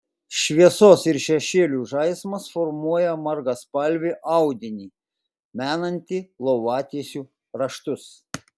šviesos ir šešėlių žaismas formuoja margaspalvį audinį menantį lovatiesių raštus